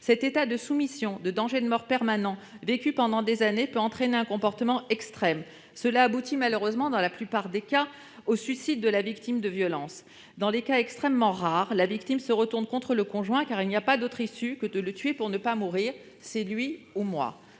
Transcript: Cet état de soumission et de danger de mort permanent, vécu pendant des années, peut entraîner un comportement extrême. Cela aboutit, malheureusement, dans la plupart des cas au suicide de la victime de violences. Dans certains cas extrêmement rares, la victime se retourne contre le conjoint, car il n'y a pas d'autre issue que de le tuer pour ne pas mourir :« C'est lui ou moi